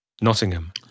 Nottingham